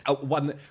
One